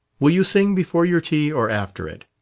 will you sing before your tea, or after it?